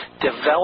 develop